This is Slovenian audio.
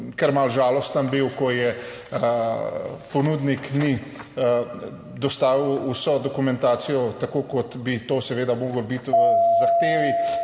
kar malo žalosten, ko ponudnik ni dostavil vse dokumentacije tako, kot bi to seveda moralo biti v zahtevi.